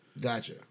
gotcha